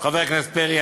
חבר הכנסת פרי,